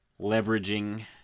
Leveraging